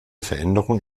veränderung